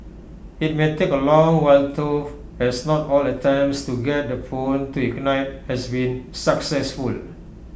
IT may take A long while tofu as not all attempts to get the phone to ignite has been successful